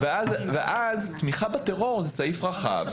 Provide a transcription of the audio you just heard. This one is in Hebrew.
ואז תמיכה בטרור זה סעיף רחב.